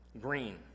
Green